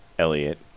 Elliot